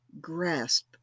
grasp